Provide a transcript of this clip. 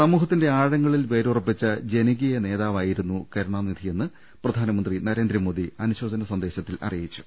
സമൂഹത്തിന്റെ ആഴങ്ങളിൽ വേരുറപ്പിച്ച ജനകീയ നേതാവായിരുന്നു കരുണാനിധിയെന്ന് പ്രധാനമന്ത്രി നരേന്ദ്രമോദി അനു ശോചന സന്ദേശത്തിൽ അറിയിച്ചു